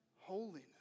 holiness